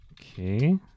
Okay